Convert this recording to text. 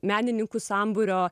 menininkų sambūrio